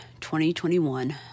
2021